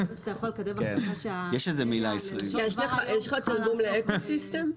יש לך תרגום לאקו-סיסטם?